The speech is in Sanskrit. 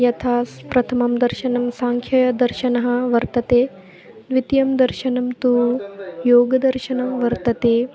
यथा प्रथमं दर्शनं साङ्ख्यदर्शनं वर्तते द्वितीयं दर्शनं तु योगदर्शनं वर्तते